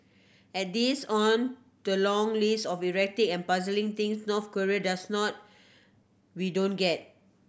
add this on the long list of erratic and puzzling things North Korea does not we don't get